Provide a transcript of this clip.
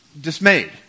dismayed